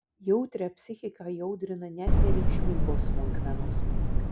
jautrią psichiką įaudrina net nereikšmingos smulkmenos